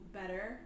better